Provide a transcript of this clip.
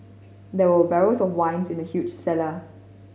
there were barrels of wine in the huge cellar